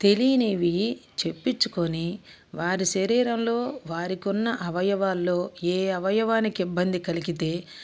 తెలియనివి చెప్పించుకొని వారి శరీరంలో వారికి ఉన్న అవయవాల్లో ఏ అవయవానికి ఇబ్బంది కలిగితే